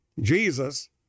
Jesus